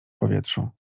powietrzu